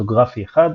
קריפטוגרפי אחד,